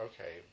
okay